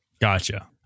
Gotcha